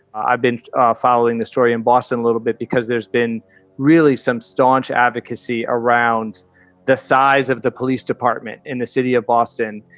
i've been ah following the story in boston a little bit because there's been really some staunch advocacy around the size of the police department in the city of boston.